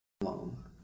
long